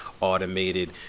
automated